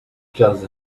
just